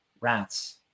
rats